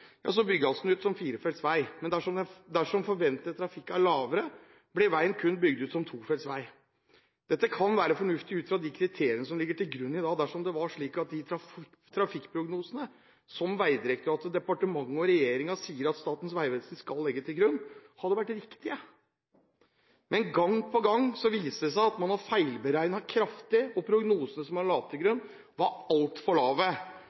ut som firefeltsvei. Men dersom forventet trafikk er lavere, blir veien kun bygd ut som tofeltsvei. Dette kan være fornuftig ut fra de kriteriene som ligger til grunn i dag, og dersom det var slik at de trafikkprognosene som Vegdirektoratet, departementet og regjeringen sier at Statens vegvesen skal legge til grunn, hadde vært riktige. Men gang på gang viser det seg at man har feilberegnet kraftig, og prognosene som man la til grunn, var altfor lave.